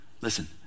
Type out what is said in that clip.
listen